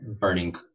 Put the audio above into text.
burning